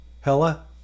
Hella